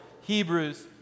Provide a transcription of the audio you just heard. Hebrews